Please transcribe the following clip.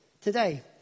today